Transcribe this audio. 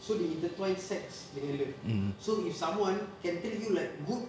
so they intertwine sex dengan love so if someone can treat you like good